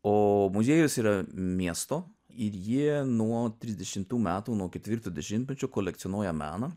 o muziejus yra miesto ir jie nuo trisdešimtų metų nuo ketvirto dešimtmečio kolekcionuoja meną